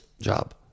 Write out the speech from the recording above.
job